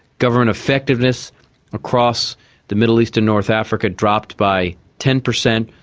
government effectiveness across the middle east and north africa dropped by ten percent,